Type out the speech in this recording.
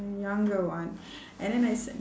younger one and then I said